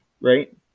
right